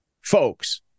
Folks